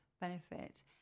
benefit